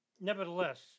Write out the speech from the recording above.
Nevertheless